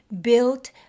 built